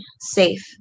safe